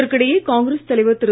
இதற்கிடையே காங்கிரஸ் தலைவர் திரு